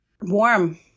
warm